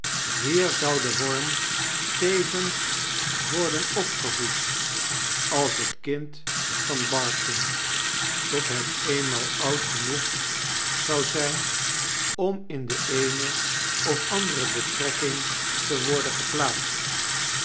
hier zou de worm tevens worden opgevoed als het kind van barsham tot het eenmaal oud genoeg zou zijn om in de eene of andere betrekking te worden geplaatst